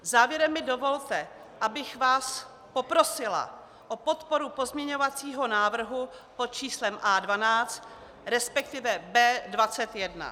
Závěrem mi dovolte, abych vás poprosila o podporu pozměňovacího návrhu pod číslem A12, resp. B21.